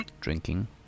drinking